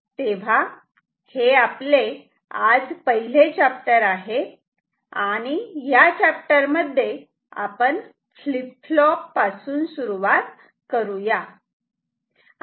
तेव्हा हे आपले आज पहिले चाप्टर आहे आणि या चाप्टर मध्ये आपण फ्लीप फ्लोप पासून सुरुवात करू या